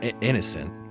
innocent